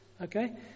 okay